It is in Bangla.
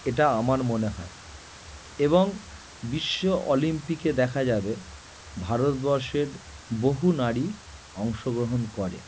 এটা আমার মনে হয় এবং বিশ্ব অলিম্পিকে দেখা যাবে ভারতবর্ষের বহু নারী অংশগ্রহণ করে